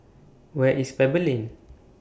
Where IS Pebble Lane